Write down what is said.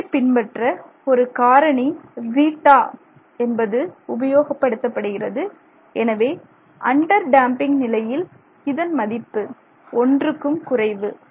இவற்றைப் பின்பற்ற ஒரு காரணி சீட்டா என்பது உபயோகப்படுத்தப்படுகிறது எனவே அண்டர் டேம்பிங் நிலையில் இதன் மதிப்பு ஒன்றுக்கும் குறைவு